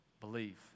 Believe